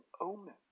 omen